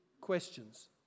questions